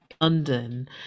London